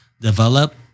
develop